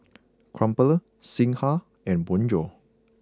Crumpler Singha and Bonjour